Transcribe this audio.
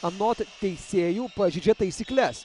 anot teisėjų pažeidžia taisykles